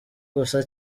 gusa